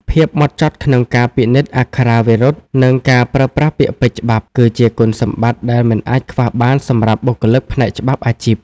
ភាពហ្មត់ចត់ក្នុងការពិនិត្យអក្ខរាវិរុទ្ធ និងការប្រើប្រាស់ពាក្យពេចន៍ច្បាប់ គឺជាគុណសម្បត្តិដែលមិនអាចខ្វះបានសម្រាប់បុគ្គលិកផ្នែកច្បាប់អាជីព។